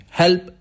help